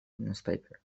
newspaper